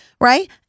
Right